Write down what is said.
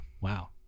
Wow